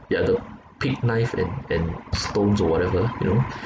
yeah the big knife and and stones or whatever you know